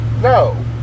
No